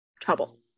trouble